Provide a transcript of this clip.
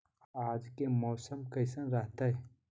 आज के मौसम कैसन रहताई?